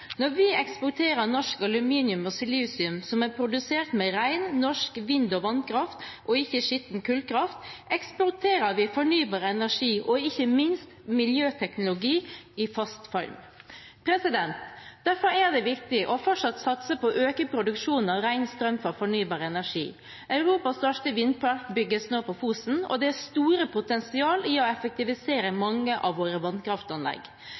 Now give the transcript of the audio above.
Når vi eksporterer norsk aluminium og silisium, som er produsert med ren, norsk vind- og vannkraft og ikke skitten kullkraft, eksporterer vi fornybar energi og ikke minst miljøteknologi i fast form. Derfor er det viktig fortsatt å satse på å øke produksjonen av ren strøm fra fornybar energi. Europas største vindpark bygges nå på Fosen, og det er stort potensial i å effektivisere mange av våre vannkraftanlegg.